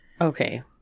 Okay